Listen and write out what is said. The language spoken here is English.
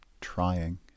trying